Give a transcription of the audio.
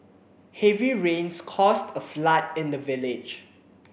heavy rains caused a flood in the village